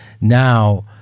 now